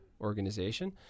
organization